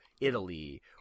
Italy